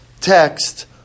text